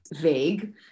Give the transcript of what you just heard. vague